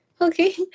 Okay